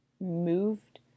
moved